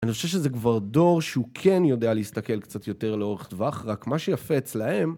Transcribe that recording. אני חושב שזה כבר דור שהוא כן יודע להסתכל קצת יותר לאורך טווח, רק מה שיפה אצלהם...